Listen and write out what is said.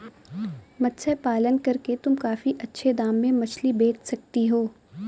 मत्स्य पालन करके तुम काफी अच्छे दाम में मछली बेच सकती हो